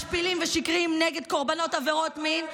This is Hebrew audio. משפילים ושקריים נגד קורבנות עבירות מין.